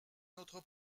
notre